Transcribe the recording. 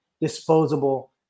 disposable